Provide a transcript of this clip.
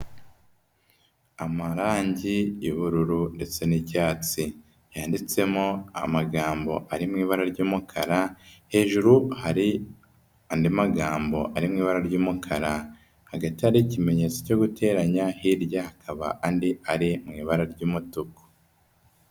Amarangi y'ubururu ndetse n'icyatsi yanditsemo amagambo ari mu ibara ry'umukara, hejuru hari andi magambo ari mu ibara ry'umukara, hagati hari ikimenyetso cyo guteranya hirya hakaba andi ari mu ibara ry'umutuku.